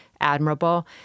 admirable